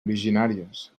originàries